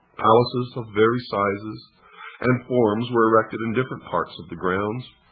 palaces of various sizes and forms were erected in different parts of the grounds,